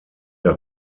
der